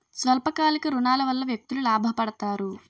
స్వల్ప కాలిక ఋణాల వల్ల వ్యక్తులు లాభ పడతారు